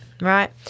Right